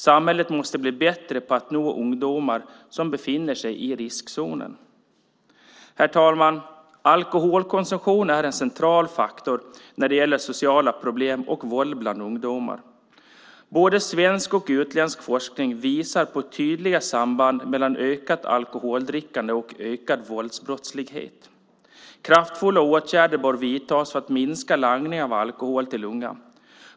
Samhället måste bli bättre på att nå ungdomar som befinner sig i riskzonen. Herr talman! Alkoholkonsumtionen är en central faktor när det gäller sociala problem och våld bland ungdomar. Både svensk och utländsk forskning visar på tydliga samband mellan ökat alkoholdrickande och ökad våldsbrottslighet. Kraftfulla åtgärder bör vidtas för att minska langningen av alkohol till unga.